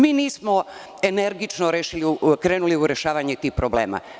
Mi nismo energično krenuli u rešavanje tih problema.